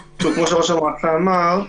כמו שראש המועצה אמר,